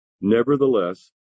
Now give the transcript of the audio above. Nevertheless